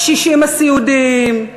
הקשישים הסיעודיים,